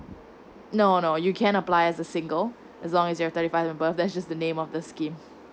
no no you can apply as a single as long as you're thirty five above that's just the name of the scheme